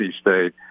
State